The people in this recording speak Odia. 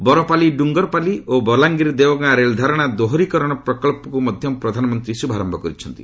ବରପାଲୀ ଡୁଙ୍ଗରପାଲି ଓ ବଲାଙ୍ଗୀର ଦେଓଗାଁ ରେଳଧାରଣା ଦୋହରୀକରଣ ପ୍ରକଳ୍ପକ୍ ମଧ୍ୟ ପ୍ରଧାନମନ୍ତ୍ରୀ ଶୁଭାରମ୍ଭ କରିଛନ୍ତି